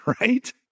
Right